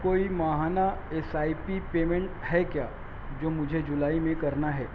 کوئی ماہانہ S I P payment ہے کیا جو مجھے جولائی میں کرنا ہے